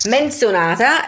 menzionata